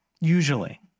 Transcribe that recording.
Usually